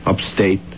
upstate